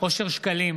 אושר שקלים,